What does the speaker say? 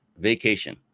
vacation